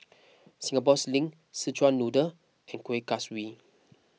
Singapore Sling Szechuan Noodle and Kueh Kaswi